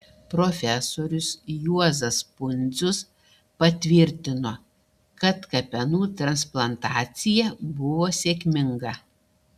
profesorius juozas pundzius patvirtino kad kepenų transplantacija buvo sėkminga